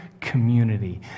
community